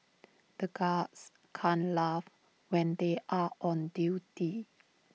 the guards can't laugh when they are on duty